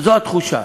זו התחושה,